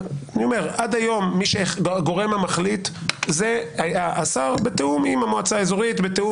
עד היום הגורם המחליט זה השר בתיאום עם המועצה האזורית.